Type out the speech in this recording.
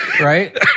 right